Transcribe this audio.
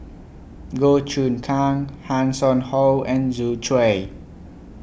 Goh Choon Kang Hanson Ho and Yu Zhuye